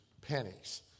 pennies